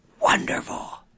wonderful